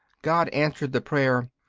god answered the prayer,